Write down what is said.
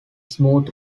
smooth